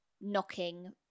knocking